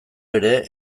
ere